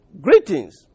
Greetings